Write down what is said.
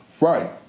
Right